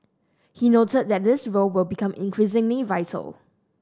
he noted that this role will become increasingly vital